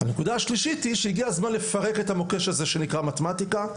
הנקודה השלישית היא שהגיע הזמן לפרק את המוקש הזה שנקרא מתמטיקה,